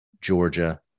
Georgia